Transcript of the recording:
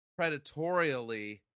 predatorially